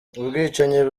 ubwicanyi